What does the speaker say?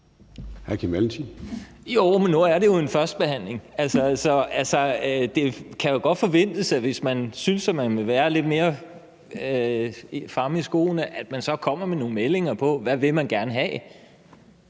Jo, men nu er det jo en førstebehandling. Så altså, det kan godt forventes, at hvis man synes, at man vil være lidt mere fremme i skoene, kommer man med nogle meldinger om, hvad man gerne vil